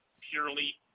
purely